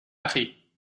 أخي